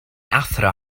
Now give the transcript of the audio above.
athro